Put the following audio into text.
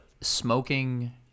smoking